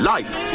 Life